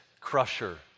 crusher